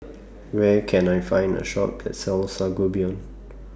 Where Can I Find A Shop that sells Sangobion